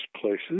places